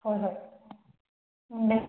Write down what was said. ꯍꯣꯏ ꯍꯣꯏ ꯎꯝ